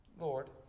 Lord